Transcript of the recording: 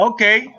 Okay